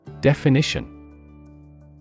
Definition